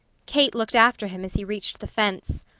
kate looked after him as he reached the fence.